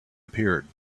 appeared